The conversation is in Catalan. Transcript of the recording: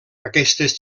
aquestes